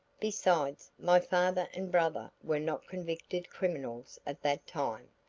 besides, my father and brother were not convicted criminals at that time,